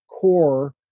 core